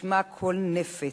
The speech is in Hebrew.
נשמע קול נפץ,